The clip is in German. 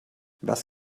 was